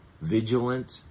vigilant